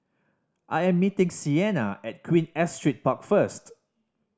I am meeting Sienna at Queen Astrid Park first